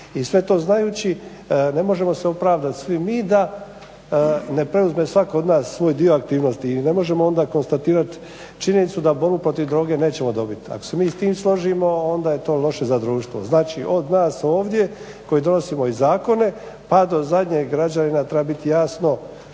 I sve to znajući ne možemo se opravdati svi mi da ne preuzme svatko od nas svoj dio aktivnosti. I ne možemo onda konstatirati činjenicu da borbu protiv droge nećemo dobiti. Ako se mi s tim složimo onda je to loše za društvo. Znači, od nas ovdje koji donosimo i zakone pa do zadnjeg građanina treba biti jasno